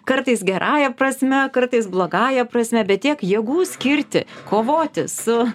kartais gerąja prasme kartais blogąja prasme bet tiek jėgų skirti kovoti su